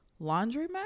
laundromat